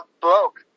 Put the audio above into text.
broke